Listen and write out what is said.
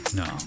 no